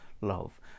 love